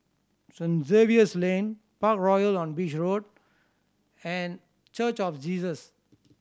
Saint Xavier's Lane Parkroyal on Beach Road and Church of Jesus